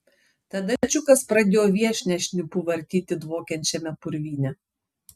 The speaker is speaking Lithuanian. tada čiukas pradėjo viešnią šnipu vartyti dvokiančiame purvyne